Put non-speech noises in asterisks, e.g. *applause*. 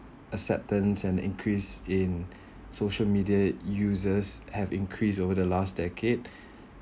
acceptance has increased in *breath* social media users has increased over the last decade *breath*